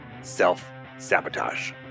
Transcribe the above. self-sabotage